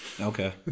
Okay